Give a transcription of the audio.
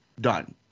done